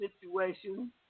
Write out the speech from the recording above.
situation